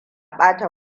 bata